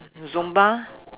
zumba